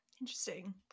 Interesting